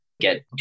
get